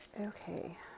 Okay